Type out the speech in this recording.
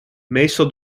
meestal